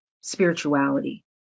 spirituality